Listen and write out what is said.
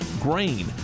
grain